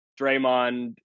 draymond